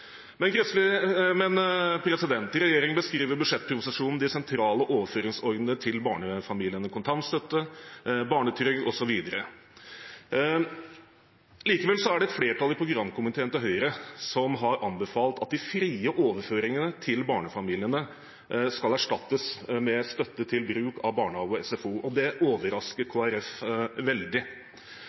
Regjeringen beskriver i budsjettproposisjonen de sentrale overføringsordningene til barnefamiliene: kontantstøtte, barnetrygd, osv. Likevel er det et flertall i programkomiteen til Høyre som har anbefalt at de frie overføringene til barnefamiliene skal erstattes med støtte til bruk av barnehage og SFO. Det overrasker Kristelig Folkeparti veldig.